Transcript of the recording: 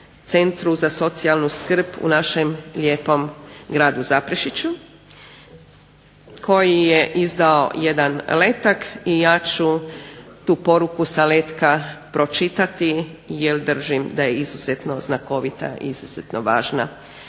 Centru za socijalnu skrb u našem lijepom gradu Zaprešiću koji je izdao jedan letak i ja ću tu poruku sa letka pročitati jer držim da je izuzetno znakovita i izuzetno važna.